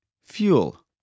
Fuel